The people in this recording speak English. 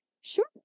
Sure